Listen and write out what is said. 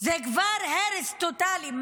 זה כבר הרס טוטלי.